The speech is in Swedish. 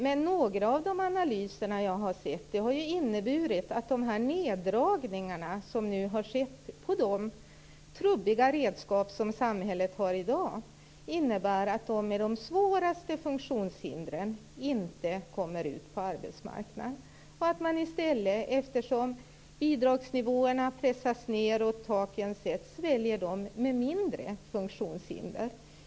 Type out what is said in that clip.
Men några av analyserna jag har tagit del av har inneburit att neddragningar har skett på de trubbiga redskap som samhället har tillgång till i dag. Det innebär att de med de svåraste funktionshindren inte kommer ut på arbetsmarknaden. Eftersom bidragsnivåerna pressas ned och taken sätts väljs de med inte så omfattande funktionshinder.